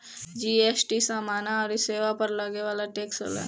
GST समाना अउरी सेवा पअ लगे वाला टेक्स होला